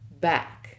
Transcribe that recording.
back